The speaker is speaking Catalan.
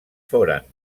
foren